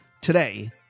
today